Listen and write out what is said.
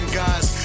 guys